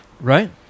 Right